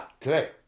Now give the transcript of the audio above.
Today